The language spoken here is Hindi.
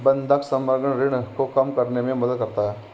बंधक समग्र ऋण को कम करने में मदद करता है